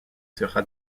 sera